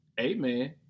amen